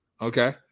Okay